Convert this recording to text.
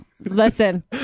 Listen